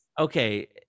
okay